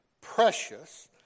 precious